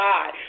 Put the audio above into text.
God